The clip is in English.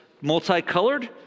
multicolored